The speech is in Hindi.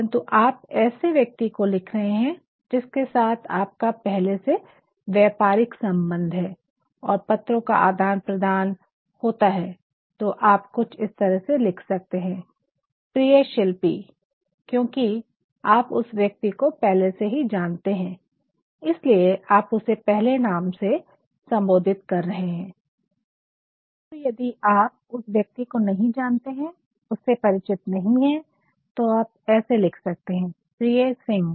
परन्तु आप ऐसे व्यक्ति को लिख रहे है जिसके साथ आपका पहले से व्यापारिक सम्बन्ध है और पत्रों का आदान प्रदान होता है तो आप कुछ इस तरह लिख सकते है प्रिये शिल्पी क्योकि आप उस व्यक्ति को पहले से ही जानते है इसलिए आप उसे पहले नाम से सम्बोधित कर रहे है परन्तु यदि आप उस व्यक्ति को नहीं जानते है उससे परिचित नहीं है तो आप ऐसे लिख सकते है प्रिये सिंह